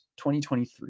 2023